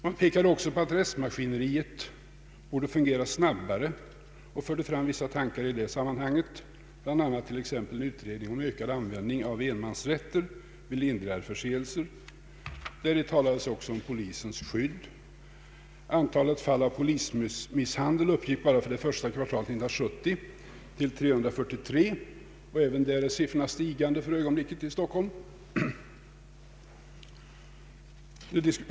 Man pekade också på att rättsmaskineriet borde fungera snabbare och förde fram vissa tankar i det sammanhanget, bl.a. om en utredning rörande ökad användning av enmansrätter vid lindrigare förseelser. Det talades också om polisens skydd. Antalet fall av polismisshandel uppgick bara för det första kvar talet 1970 till 343, och även i detta avseende ökar siffrorna för ögonblicket i Stockholm.